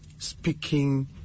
speaking